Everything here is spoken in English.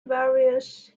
various